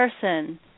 person